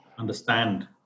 understand